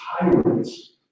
tyrants